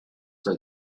for